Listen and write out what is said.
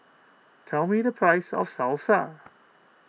tell me the price of Salsa